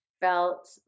felt